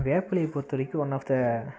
வேப்பிலையை பொறுத்த வரைக்கும் one of the